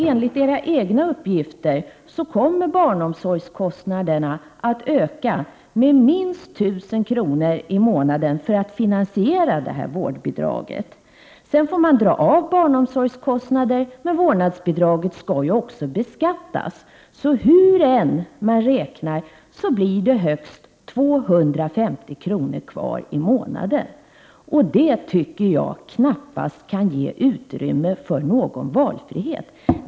Enligt era egna uppgifter kommer barnomsorgskostnaderna att öka med minst 1 000 kr. i månaden för att finansiera detta vårdbidrag. Sedan får man dra av barnomsorgskostnader, men vårdnadsbidraget skall också beskattas. Hur man än räknar blir det högst 250 kr. kvar i månaden, och det tycker jag knappast kan ge utrymme för någon valfrihet.